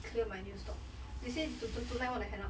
clear my new stock they say to to tonight want to hand up